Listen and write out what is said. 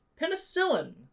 penicillin